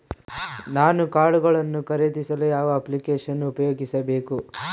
ನಾನು ಕಾಳುಗಳನ್ನು ಖರೇದಿಸಲು ಯಾವ ಅಪ್ಲಿಕೇಶನ್ ಉಪಯೋಗಿಸಬೇಕು?